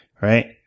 right